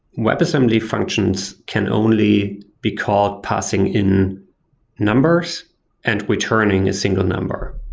webassembly functions can only be called parsing in numbers and returning a single number.